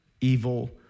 evil